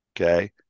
Okay